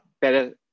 better